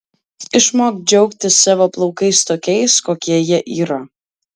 išmok džiaugtis savo plaukais tokiais kokie jie yra